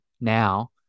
now